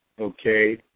okay